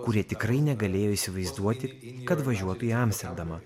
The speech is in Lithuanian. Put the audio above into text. kurie tikrai negalėjo įsivaizduoti kad važiuotų į amsterdamą